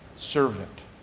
Servant